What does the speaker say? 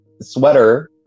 sweater